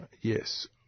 yes